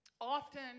often